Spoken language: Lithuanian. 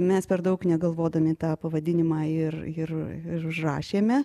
mes per daug negalvodami tą pavadinimą ir ir ir užrašėme